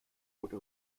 wurde